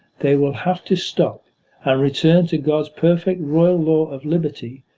they will have to stop and return to god's perfect royal law of liberty,